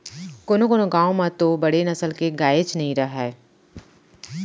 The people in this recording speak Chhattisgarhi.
कोनों कोनों गॉँव म तो बड़े नसल के गायेच नइ रहय